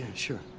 sure,